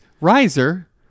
Riser